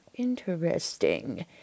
interesting